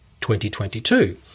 2022